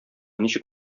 ничек